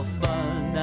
fun